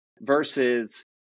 versus